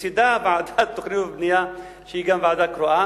ולצדה ועדת תכנון ובנייה שהיא גם ועדה קרואה?